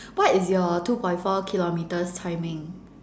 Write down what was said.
what is your two point four kilometres timing